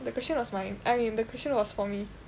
the question was mine I mean the question was for me